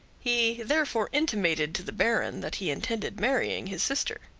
he therefore intimated to the baron that he intended marrying his sister.